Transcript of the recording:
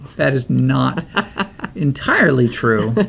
that is not entirely true.